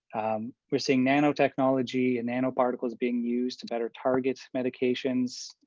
we're seeing nanotechnology and nano-particles being used to better target medications,